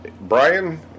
Brian